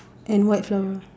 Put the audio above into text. and white flower